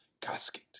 casket